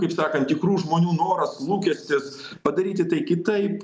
kaip sakant tikrų žmonių noras lūkestis padaryti tai kitaip